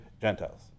Gentiles